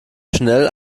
schnell